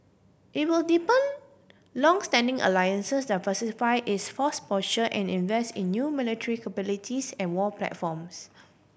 it will deepen longstanding alliances diversify its force posture and in invest in new military capabilities and war platforms